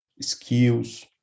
skills